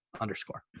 underscore